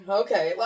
okay